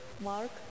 Mark